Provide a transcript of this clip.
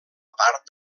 part